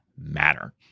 matter